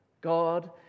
God